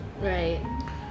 Right